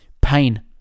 Pain